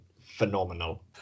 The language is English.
phenomenal